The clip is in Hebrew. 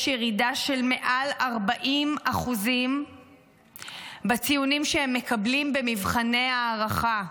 יש ירידה של מעל 40% בציונים שהם מקבלים במבחני ההערכה.